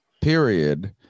period